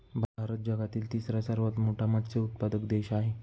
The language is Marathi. भारत जगातील तिसरा सर्वात मोठा मत्स्य उत्पादक देश आहे